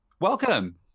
Welcome